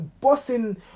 bossing